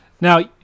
Now